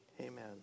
Amen